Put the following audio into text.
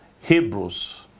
Hebrews